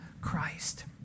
Christ